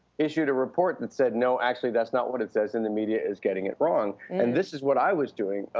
issued a report that said no, actually, that's not what it says and the media is getting it wrong. and this is what i was doing.